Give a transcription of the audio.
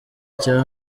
cya